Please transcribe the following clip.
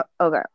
okay